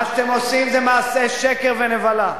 הלוואי שזה, מה שאתם עושים זה מעשה שקר ונבלה.